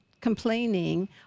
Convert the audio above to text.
complaining